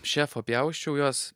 šefo pjausčiau juos